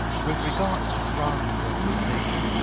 with regard to ground of this nature,